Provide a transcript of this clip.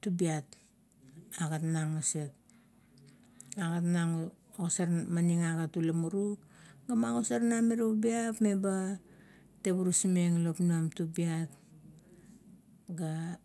tubiat. Agat nung maset, agat osar nang maning agat ula muru, ga magosarnang mirie ubiap meba tevurus meng lop nuam tubiat, ga.